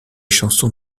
chansons